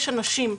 יש אנשים,